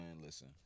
listen